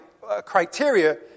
criteria